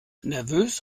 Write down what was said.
nervös